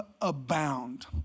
abound